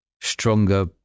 stronger